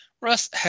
Russ